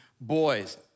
boys